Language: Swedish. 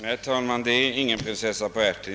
Herr talman! Det är inte fråga om någon prinsessa på ärten.